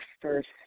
first